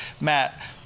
Matt